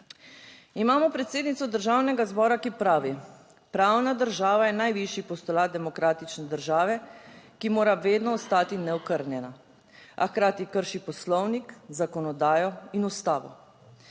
Imamo predsednico Državnega zbora, ki pravi: pravna država je najvišji postulat demokratične države, ki mora vedno ostati neokrnjena, a hkrati krši Poslovnik, zakonodajo in Ustavo.